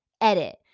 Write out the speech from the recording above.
edit